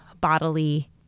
bodily